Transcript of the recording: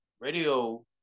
radio